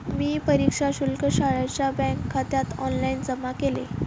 मी परीक्षा शुल्क शाळेच्या बँकखात्यात ऑनलाइन जमा केले